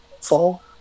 fall